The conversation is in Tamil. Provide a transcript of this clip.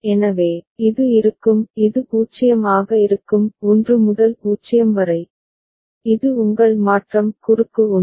எனவே இது இருக்கும் இது 0 ஆக இருக்கும் 1 முதல் 0 வரை இது உங்கள் மாற்றம் குறுக்கு 1